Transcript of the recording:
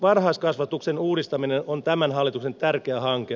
varhaiskasvatuksen uudistaminen on tämän hallituksen tärkeä hanke